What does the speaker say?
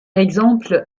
exemple